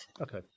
Okay